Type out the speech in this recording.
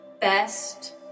best